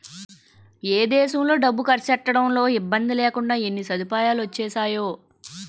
ఏ దేశంలో డబ్బు కర్సెట్టడంలో ఇబ్బందిలేకుండా ఎన్ని సదుపాయాలొచ్చేసేయో